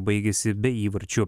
baigėsi be įvarčių